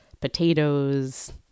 potatoes